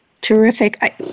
Terrific